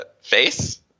face